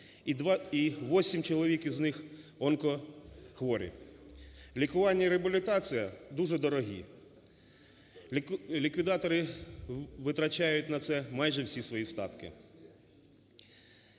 і 8 чоловік із них онкохворі. Лікування і реабілітація дуже дорогі. Ліквідатори витрачають на це майже всі свої статки.